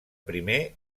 primer